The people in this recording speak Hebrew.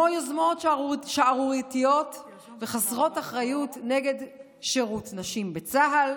כמו יוזמות שערורייתיות וחסרות אחריות נגד שירות נשים בצה"ל,